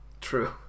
True